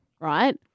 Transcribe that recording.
Right